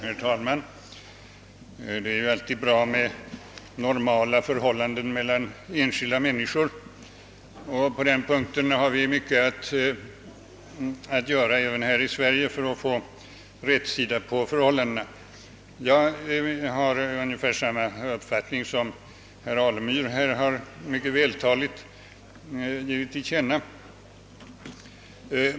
Herr talman! Det är alltid bra med normala förhållanden mellan enskilda människor, och på den punkten har vi mycket att göra även här i Sverige för att få rätsida på problemen. Jag har ungefär samma uppfattning som den herr Alemyr mycket vältaligt här givit till känna.